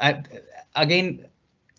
i again